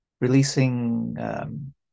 releasing